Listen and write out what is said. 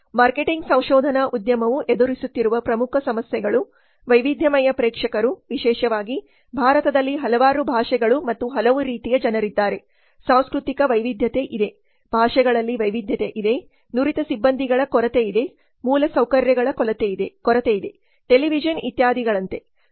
marketing ಸಂಶೋಧನಾ ಉದ್ಯಮವು ಎದುರಿಸುತ್ತಿರುವ ಪ್ರಮುಖ ಸಮಸ್ಯೆಗಳು ವೈವಿಧ್ಯಮಯ ಪ್ರೇಕ್ಷಕರು ವಿಶೇಷವಾಗಿ ಭಾರತದಲ್ಲಿ ಹಲವಾರು ಭಾಷೆಗಳು ಮತ್ತು ಹಲವು ರೀತಿಯ ಜನರಿದ್ದಾರೆ ಸಾಂಸ್ಕೃತಿಕ ವೈವಿಧ್ಯತೆ ಇದೆ ಭಾಷೆಗಳಲ್ಲಿ ವೈವಿಧ್ಯತೆ ಇದೆ ನುರಿತ ಸಿಬ್ಬಂದಿಗಳ ಕೊರತೆ ಇದೆ ಮೂಲಸೌಕರ್ಯಗಳ ಕೊರತೆಯಿದೆ ಟೆಲಿವಿಷನ್ ಇತ್ಯಾದಿಗಳಂತೆ